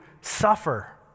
suffer